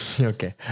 Okay